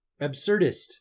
Absurdist